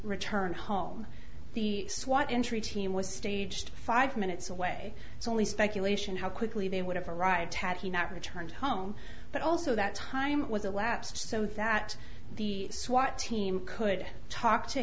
return home the swat entry team was staged five minutes away it's only speculation how quickly they would have a right tat he not returned home but also that time was elapsed so that the swat team could talk to